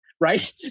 right